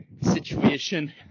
situation